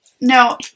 No